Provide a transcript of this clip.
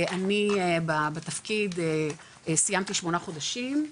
אני בתפקיד סיימתי שמונה חודשים,